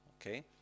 okay